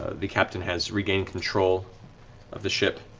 ah the captain has regained control of the ship,